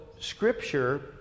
Scripture